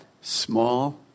Small